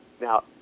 now